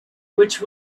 which